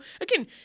again